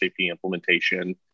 implementation